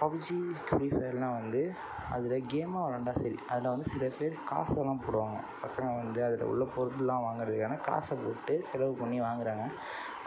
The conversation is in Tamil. பப்ஜி ஃப்ரீ ஃபயர்லாம் வந்து அதில் கேமாக விளாண்டா சரி அதில் வந்து சிலபேர் காசெல்லாம் போடுவாங்க பசங்கள் வந்து அதில் உள்ள பொருள்லாம் வங்கிறத்துக்கான காசை போட்டு செலவு பண்ணி வாங்குறாங்க